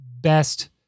best